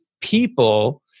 people